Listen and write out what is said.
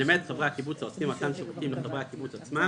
ולמעט חברי הקיבוץ העוסקים במתן שירותים לחברי הקיבוץ עצמם,"